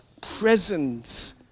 presence